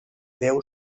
déu